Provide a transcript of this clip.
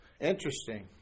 Interesting